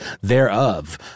thereof